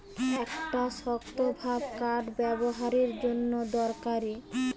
একটা শক্তভাব কাঠ ব্যাবোহারের জন্যে দরকারি